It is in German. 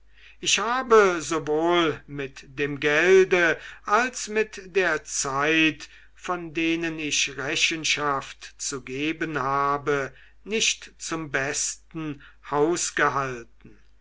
ich habe sowohl mit dem gelde als mit der zeit von denen ich rechenschaft zu geben habe nicht zum besten